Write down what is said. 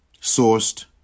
sourced